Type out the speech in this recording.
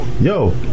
Yo